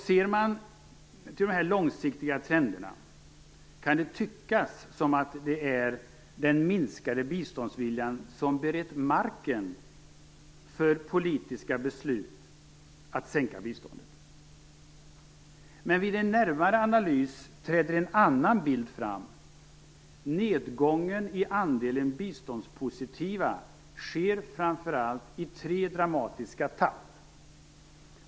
Ser man till långsiktiga trender kan det tyckas som att det är den minskade biståndsviljan som berett marken för politiska beslut att sänka biståndet. Men vid en närmare analys träder en annan bild fram. Nedgången i andelen biståndspositiva sker framför allt i tre dramatiska steg.